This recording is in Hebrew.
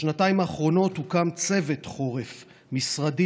בשנתיים האחרונות הוקם צוות חורף משרדי